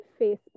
Facebook